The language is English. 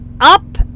up